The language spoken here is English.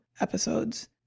episodes